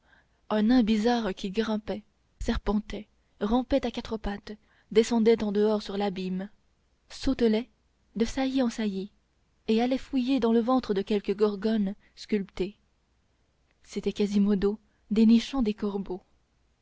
un nain bizarre qui grimpait serpentait rampait à quatre pattes descendait en dehors sur l'abîme sautelait de saillie en saillie et allait fouiller dans le ventre de quelque gorgone sculptée c'était quasimodo dénichant des corbeaux